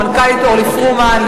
למנכ"לית אורלי פרומן,